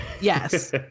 Yes